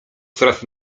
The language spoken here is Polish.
coraz